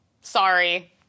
Sorry